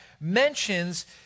mentions